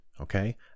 okay